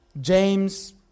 James